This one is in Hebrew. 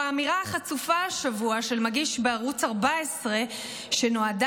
או האמירה החצופה השבוע של מגיש בערוץ 14 שנועדה